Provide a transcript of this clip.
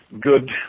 good